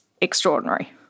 extraordinary